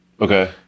Okay